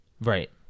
right